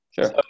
Sure